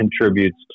contributes